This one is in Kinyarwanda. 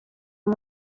uyu